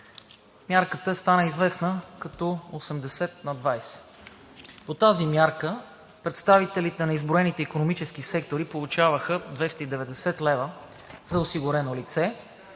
Мярката стана известна като 80/20. По тази мярка представителите на изброените икономически сектори получаваха 290 лв. за осигурено лице,